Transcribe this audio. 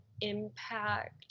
impact